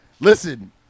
Listen